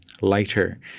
lighter